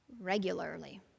regularly